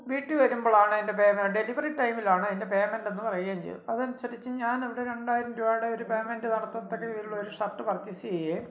വീട്ടില് വരുമ്പോഴാണ് അതിൻ്റെ ഡെലിവറി ടൈമിലാണ് അതിന്റെ പേമെൻറ്റെന്ന് പറയുകയും ചെയ്തതനുസരിച്ച് ഞാനതിൻ്റെ രണ്ടായിരം രൂപയുടെ ഒരു പേമെൻറ്റ് നടത്തത്തക്ക രീതിയിലുള്ളൊരു ഷർട്ട് പർച്ചേസ് ചെയ്യുകയും